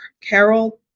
Carol